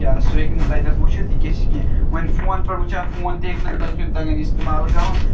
کیٛاہ سُہ ہیٚکہِ نہٕ تَتٮ۪تھ وٕچھِتھ یہِ کیٛاہ چھِ کیٚنٛہہ وۄنۍ فون پٮ۪ٹھٕ وٕچھِ ہا فون تہِ ہیٚکہِ نہٕ تٔمِس چُھنہٕ تَگان اِستعمال کَرُن